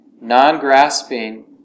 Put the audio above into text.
Non-grasping